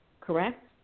correct